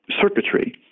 circuitry